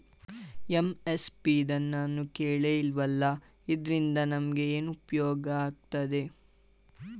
MSP ಇದ್ನನಾನು ಕೇಳೆ ಇಲ್ವಲ್ಲ? ಇದ್ರಿಂದ ನಮ್ಗೆ ಏನ್ಉಪ್ಯೋಗ ಆಯ್ತದೆ?